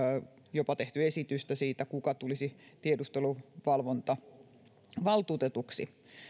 jopa tehty esitys siitä kuka tulisi tiedusteluvalvontavaltuutetuksi